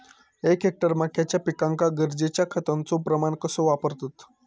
एक हेक्टर मक्याच्या पिकांका गरजेच्या खतांचो प्रमाण कसो वापरतत?